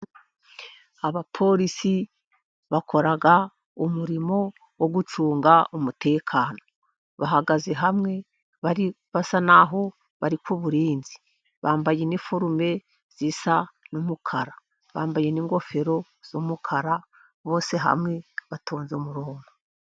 Abapolisi bakora umurimo wo gucunga umutekano, bahagaze hamwe basa naho bari k'uburinzi, bambaye iniforume isa n'umukara, bambaye n'ingofero z'umukara, bose hamwe batonze umurongo.